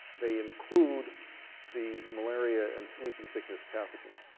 they include the malaria and sleeping sickness pathogens.